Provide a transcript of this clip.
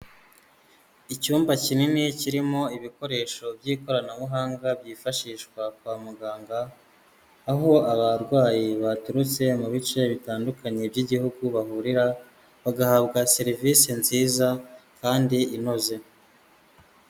Icyumba kinini kirimo ibikoresho by'ikoranabuhanga byifashishwa kwa muganga, aho abarwayi baturutse mu bice bitandukanye by'igihugu bahurira, bagahabwa serivisi nziza kandi inoze.